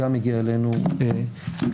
גם הגיע אלינו היום,